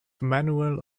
manuel